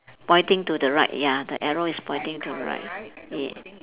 pointing to the right ya the arrow is pointing to the right yeah